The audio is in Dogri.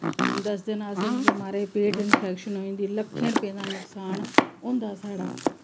दस्सदे न असें गी कि म्हाराज पेट इंफैक्शन होई जंदी लक्खे रपेंऽ दा नुक्सान होंदा साढ़ा